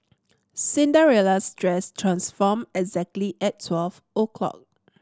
Cinderella's dress transformed exactly at twelve o'clock